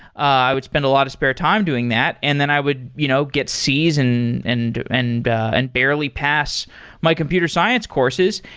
i would spend a lot of spare time doing that. and then i would you know get season and and and barely pass my computer science courses.